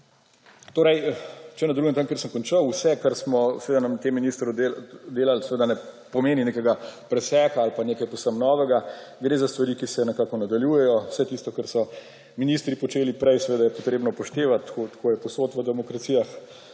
Hvala. Če nadaljujem tam, kjer sem končal. Vse, kar smo seveda na tem ministrstvu delali, seveda ne pomeni nekega preseka ali pa nekaj povsem novega, gre za stvari, ki se nekako nadaljuje. Vse tisto, kar so ministri počeli prej, je seveda potrebno upoštevati, tako je povsod v demokracijah.